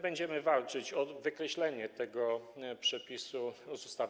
Będziemy walczyć o wykreślenie tego przepisu z ustawy.